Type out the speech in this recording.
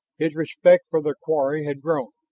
his respect for their quarry had grown.